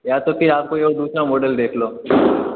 या तो फिर आप कोई और दूसरा मॉडल देख लो